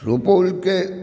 सुपौलके